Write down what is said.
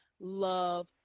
love